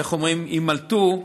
איך אומרים, יימלטו.